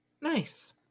Nice